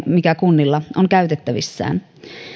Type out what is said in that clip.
mikä kunnilla on käytettävissään